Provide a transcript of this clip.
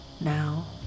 now